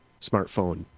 smartphone